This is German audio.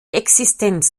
existenz